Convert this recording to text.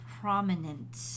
prominent